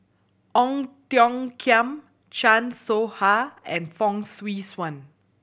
Ong Tiong Khiam Chan Soh Ha and Fong Swee Suan